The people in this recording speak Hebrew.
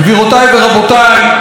גבירותיי ורבותיי,